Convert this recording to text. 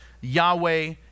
Yahweh